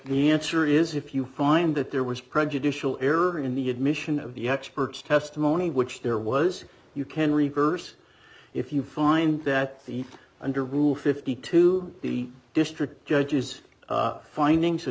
the answer is if you find that there was prejudicial error in the admission of the experts testimony which there was you can reverse if you find that the under rule fifty to the district judges finding